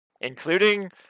including